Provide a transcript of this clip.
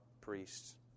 priests